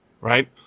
right